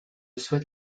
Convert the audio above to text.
souhaite